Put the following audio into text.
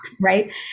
right